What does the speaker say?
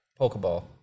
Pokeball